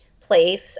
Place